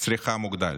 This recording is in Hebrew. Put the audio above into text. צריכה מוגדל.